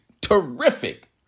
terrific